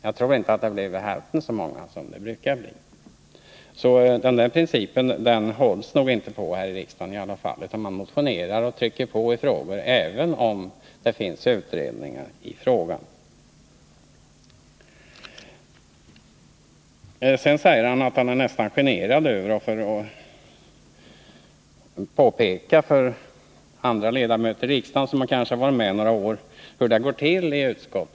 Jag tror inte att det blev hälften så många motioner som det brukar bli. Den principen håller man nog inte på här i riksdagen. Man motionerar och trycker på i frågor även om det finns utredningar. Einar Larsson säger att han nästan är generad över att behöva påpeka för andra ledamöter i riksdagen, som kanske har varit med några år, hur det går till i ett utskott.